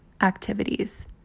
activities